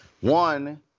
One